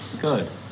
Good